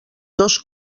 dos